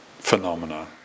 phenomena